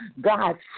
God